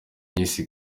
miss